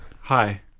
Hi